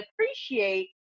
appreciate